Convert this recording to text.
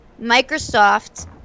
Microsoft